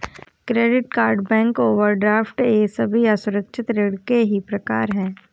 credit card bank overdraft ये सभी असुरक्षित ऋण के ही प्रकार है